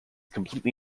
completely